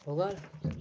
हो गया ना